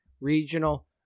Regional